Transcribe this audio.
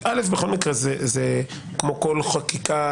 כמו בכל חקיקה,